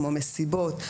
כמו מסיבות,